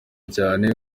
cyane